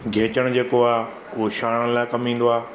गेचण जेको आहे उओ छानण लाइ कम ईंदो आहे